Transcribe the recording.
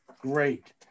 Great